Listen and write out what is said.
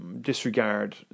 disregard